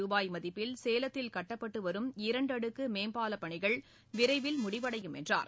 ரூபாய் மதிப்பில் சேலத்தில் கட்டப்பட்டு வரும் இரண்டு அடுக்கு மேம்பாலப் பணிகள் விரைவில் முடிவடையும் என்றார்